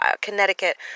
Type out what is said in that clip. Connecticut